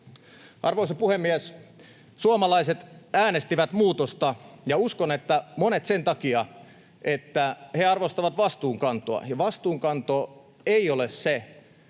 Arvoisa puhemies! Suomalaiset äänestivät muutosta, ja uskon, että monet sen takia, että he arvostavat vastuunkantoa. Vastuunkantoa ei ole se,